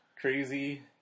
crazy